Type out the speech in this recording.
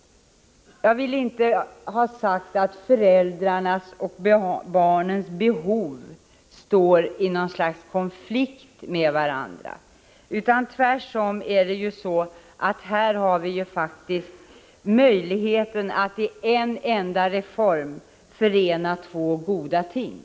Jag vill inte hävda att föräldrarnas och barnens behov står i något slags konflikt med varandra, utan tvärtom. Här har vi faktiskt möjlighet att i en enda reform förena två goda ting.